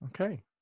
Okay